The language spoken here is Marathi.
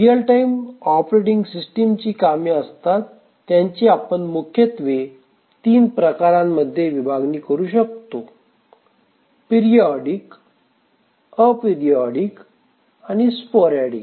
रियल टाइम ऑपरेटिंग सिस्टिम ची कामे असतात त्यांची आपण मुख्यत्वे तीन प्रकारांमध्ये विभागणी करू शकतो पिरिओडीक अपिरिओडीक आणि स्पोरॅडिक